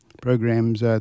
programs